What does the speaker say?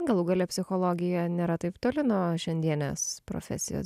galų gale psichologija nėra taip toli nuo šiandienės profesijos